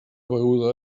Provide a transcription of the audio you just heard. beguda